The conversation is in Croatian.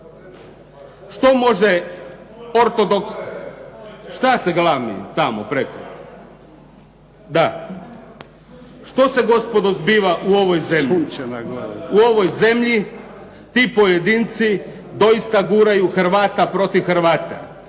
se ne čuje./... Šta se galami tamo prijeko? Da. Što se gospodo zbiva u ovoj zemlji? U ovoj zemlji ti pojedinci doista guraju Hrvata protiv Hrvata.